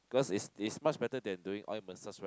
cause it's it's much better than doing oil massage right